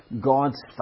God's